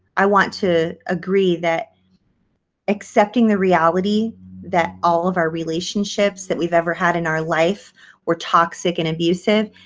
i want to agree that accepting the reality that all of our relationships that we've ever had in our life were toxic and abusive.